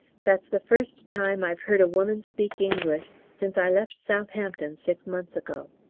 that's the first time i've heard a woman speak english since i left southampton six months ago!